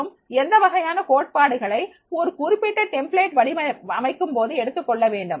மற்றும் எந்த வகையான கோட்பாடுகளை ஒரு குறிப்பிட்ட வார்ப்புரு வடிவமைக்கும்போது எடுத்துக்கொள்ள வேண்டும்